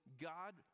God